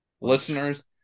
Listeners